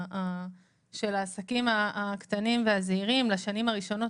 העסקים הקטנים והזעירים לשנים הראשונות.